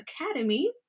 Academy